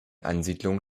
ansiedlungen